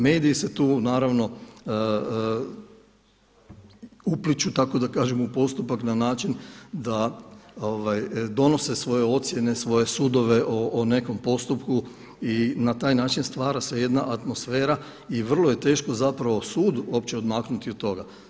Mediji se tu naravno upliću tako da kažem u postupak na način da donose svoje ocjene, svoje sudove o nekom postupku i na taj način stvara se jedna atmosfera i vrlo je teško zapravo sudu uopće odmaknuti od toga.